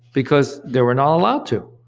because they were not allowed to.